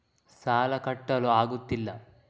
ಸಾಲ ಕಟ್ಟಲು ಆಗುತ್ತಿಲ್ಲ